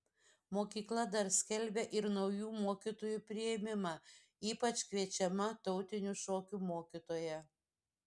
mokykla dar skelbia ir naujų mokytojų priėmimą ypač kviečiama tautinių šokių mokytoja